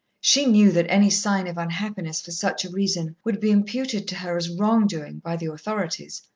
she knew that any sign of unhappiness for such a reason would be imputed to her as wrong-doing by the authorities,